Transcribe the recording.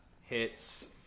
Hits